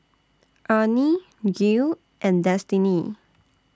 Arne Gil and Destiney